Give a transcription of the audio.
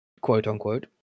quote-unquote